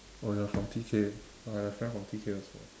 oh you're from T_K I have a friend from T_K also